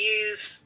use